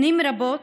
שנים רבות